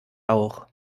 auch